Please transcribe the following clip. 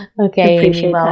Okay